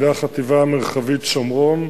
על-ידי החטיבה המרחבית שומרון,